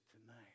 Tonight